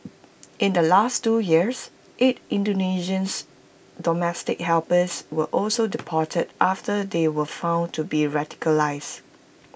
in the last two years eight Indonesians domestic helpers were also deported after they were found to be radicalised